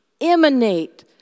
emanate